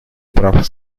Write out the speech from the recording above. прав